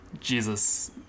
Jesus